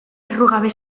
errugabe